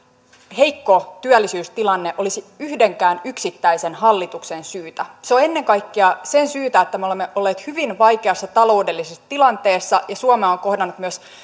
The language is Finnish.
heikko työllisyystilanne olisi yhdenkään yksittäisen hallituksen syytä se on ennen kaikkea sen syytä että me olemme olleet hyvin vaikeassa taloudellisessa tilanteessa ja suomea on kohdannut myös